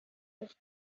was